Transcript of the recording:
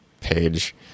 page